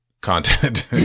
content